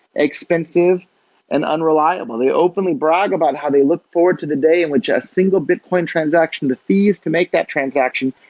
expensive and unreliable they openly brag about how they look forward to the day in which a single bitcoin transaction, the fees to make that transaction,